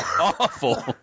awful